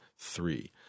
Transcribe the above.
Three